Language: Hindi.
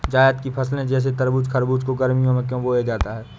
जायद की फसले जैसे तरबूज़ खरबूज को गर्मियों में क्यो बोया जाता है?